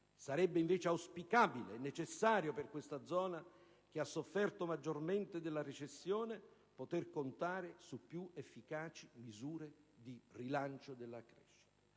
Sarebbe invece auspicabile e necessario per questa zona, che ha sofferto maggiormente nella recessione, poter contare su più efficaci misure di rilancio della crescita.